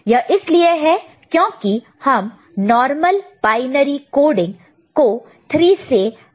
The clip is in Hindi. यह इसलिए है क्योंकि हम नॉर्मल बायनरी कोडिंग को 3 से ऐड करते हैं